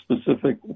specific